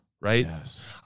right